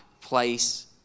place